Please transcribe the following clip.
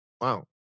Wow